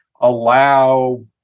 allow